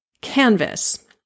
canvas